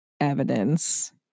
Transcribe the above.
evidence